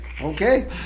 Okay